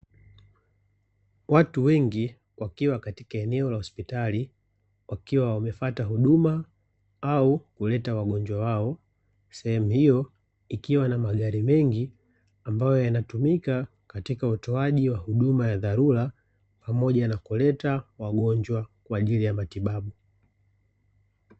Watu wengi wakiwa katika eneo la hospitali, wakiwa wamefata huduma au kuleta wagonjwa wao. Sehemu hiyo ikiwa na magari mengi, ambayo yanatumika katika utoaji wa huduma ya dharura, pamoja na kuleta wagonjwa kwa ajili ya matibabu.